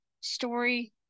story